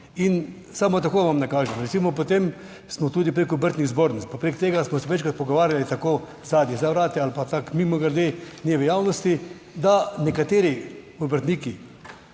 in samo tako vam nakažem. Recimo, potem smo tudi preko obrtnih zbornic, pa preko tega smo se večkrat pogovarjali tako zadaj za vrati ali pa tako mimogrede, ni v javnosti, da nekateri obrtniki